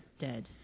dead